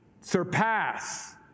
surpass